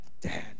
Dad